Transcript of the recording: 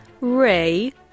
Ray